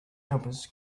jumpers